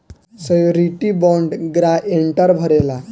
surety bond guarantor भरेला